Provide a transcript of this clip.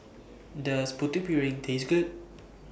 Does Putu Piring Taste Good